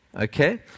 Okay